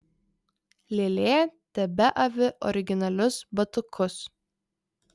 lėlė tebeavi originalius batukus